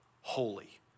holy